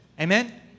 Amen